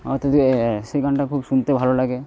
অর্থাৎ সেই গানটা খুব শুনতে ভালো লাগে